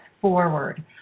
forward